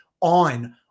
on